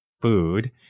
Food